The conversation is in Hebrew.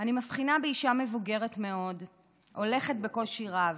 אני מבחינה באישה מבוגרת מאוד הולכת בקושי רב,